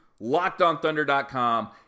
LockedOnThunder.com